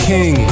King